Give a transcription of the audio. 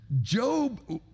Job